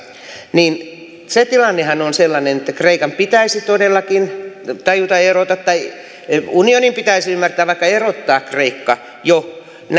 niin se tilannehan on sellainen että kreikan pitäisi todellakin tajuta erota tai unionin pitäisi ymmärtää vaikka erottaa kreikka jo